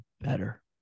better